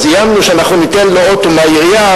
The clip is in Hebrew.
אז איימנו שאנחנו ניתן לו אוטו מהעירייה,